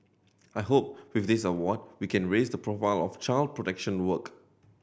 I hope with this award we can raise the profile of child protection work